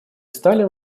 стали